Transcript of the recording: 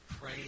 Pray